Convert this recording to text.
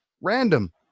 Random